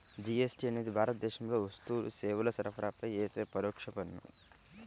GST అనేది భారతదేశంలో వస్తువులు, సేవల సరఫరాపై యేసే పరోక్ష పన్ను